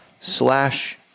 slash